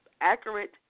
accurate